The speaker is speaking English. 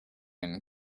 and